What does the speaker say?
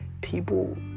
people